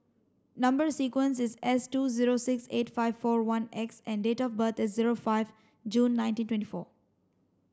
number sequence is S two zero six eight five four one X and date of birth is zero five June nineteen twenty four